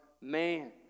man